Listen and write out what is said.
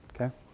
okay